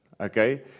okay